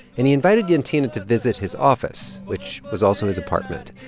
and he invited jantine to visit his office, which was also his apartment.